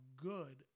good